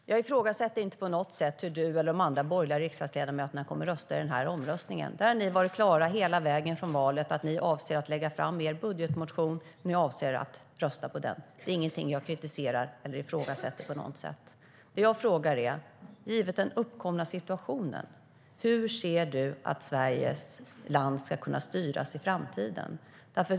Herr talman! Jag ifrågasätter inte på något sätt hur Emil Källström eller de andra borgerliga riksdagsledamöterna kommer att rösta i den här omröstningen. Där har ni ända sedan valet varit klara med att ni avser att lägga fram er budgetmotion och rösta på den. Det är ingenting som jag kritiserar eller på något sätt ifrågasätter. Det jag frågar är: Givet den uppkomna situationen, hur ser du att Sveriges land ska kunna styras i framtiden?